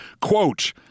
Quote